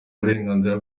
uburenganzira